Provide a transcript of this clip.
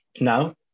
now